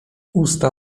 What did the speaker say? usta